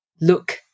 look